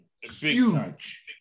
Huge